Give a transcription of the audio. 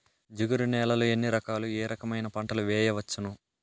జిగురు నేలలు ఎన్ని రకాలు ఏ రకమైన పంటలు వేయవచ్చును?